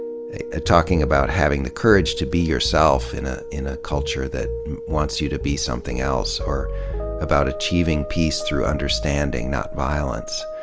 talking about having the courage to be yourself in ah in a culture that wants you to be something else, or about achieving peace through understanding not v